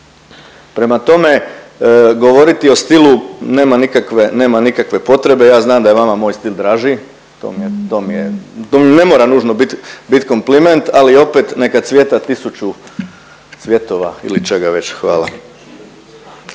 Prema tome, govoriti o stilu nema nikakve potrebe, ja znam da je vama moj stil draži, to mi ne mora nužno bit kompliment, ali opet neka cvjeta tisuću cvjetova ili čega već. Hvala.